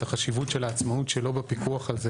החשיבות של העצמאות שלו בפיקוח על זה.